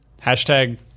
Hashtag